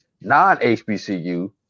non-HBCU